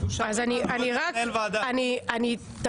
הוא